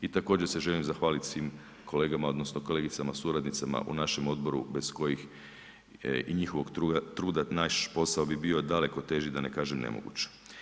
I također se želim zahvaliti svim kolegama odnosno kolegicama suradnicama u našem odboru bez kojeg i njihovog truda naš posao bi bio daleko teži, da ne kažem nemoguć.